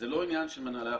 זה לא עניין של מנהלי החברות,